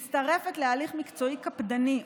מצטרפת להליך מקצועי קפדני,